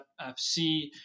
FC